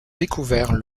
découvert